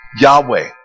Yahweh